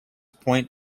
point